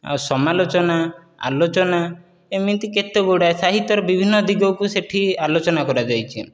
ଆଉ ସମାଲୋଚନା ଆଲୋଚନା ଏମିତି କେତେ ଗୁଡ଼ାଏ ସାହିତ୍ୟର ବିଭିନ୍ନ ଦିଗକୁ ସେଠି ଆଲୋଚନା କରାଯାଇଛି